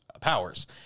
powers